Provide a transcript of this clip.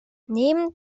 neben